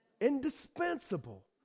Indispensable